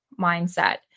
mindset